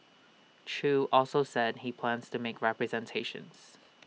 chew also said he plans to make representations